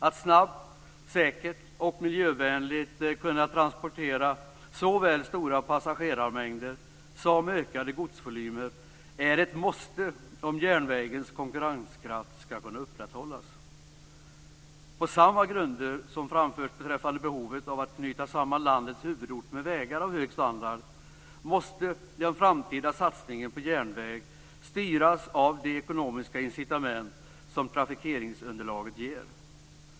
Att snabbt, säkert och miljövänligt kunna transportera såväl stora passagerarmängder som ökade godsvolymer är ett måste om järnvägens konkurrenskraft skall kunna upprätthållas. På samma grunder som framförts beträffande behovet av att knyta samman landets huvudorter med vägar av hög standard, måste den framtida satsningen på järnväg styras av de ekonomiska incitament som trafikeringsunderlaget ger.